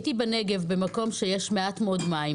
הייתי בנגב במקום בו יש מעט מאוד מים,